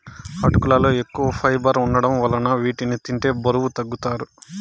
అటుకులలో ఎక్కువ ఫైబర్ వుండటం వలన వీటిని తింటే బరువు తగ్గుతారు